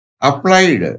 applied